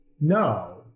no